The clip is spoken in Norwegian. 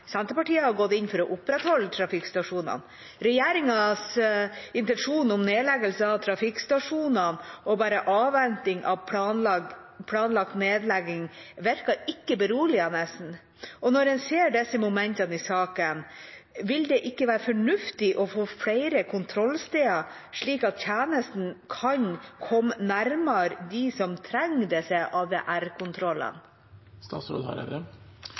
Senterpartiet har gått inn for å opprettholde trafikkstasjonene. Regjeringas intensjon om nedleggelse av trafikkstasjoner og å bare avvente planlagt nedlegging virker ikke beroligende. Når en ser disse momentene i saken, vil det ikke være fornuftig å få flere kontrollsteder, slik at tjenesten kan komme nærmere dem som trenger